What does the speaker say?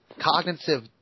cognitive